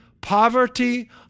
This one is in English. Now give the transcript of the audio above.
Poverty